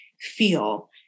feel